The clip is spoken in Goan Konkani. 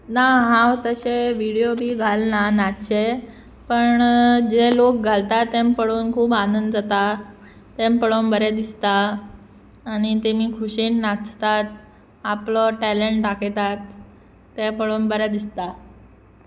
ना हांव तशें विडियो बी घालना नाचचे पण जे लोक घालता तें पळोवन खूब आनंद जाता तें पळोवन बरें दिसता आनी तेमी खुशयेन नाचतात आपलो टॅलंट दाखयतात तें पळोवन बरें दिसता